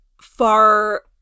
far